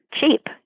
cheap